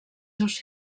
seus